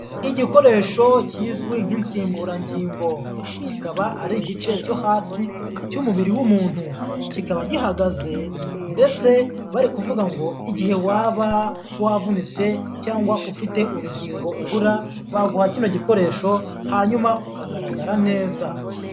Igikoresho kizwi nk'insimburangingo kikaba ari igice cyo hasi cy'umubiri w'umuntu, kikaba gihagaze ndetse bari kuvuga ngo igihe waba wavunitse cyangwa ufite urugingo ubura baguha kino gikoresho hanyuma ukagaragara neza.